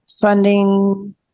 funding